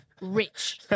rich